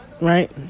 Right